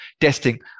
testing